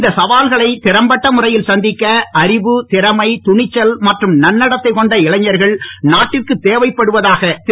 இந்த சவால்களை நிறம்பட்ட முறையில் சந்திக்க அறிவு திறமை துணிச்சல் மற்றும் நன்னடத்தைக் கொண்ட இளைஞர்கள் நாட்டிற்கு தேவைப்படுவதாக திரு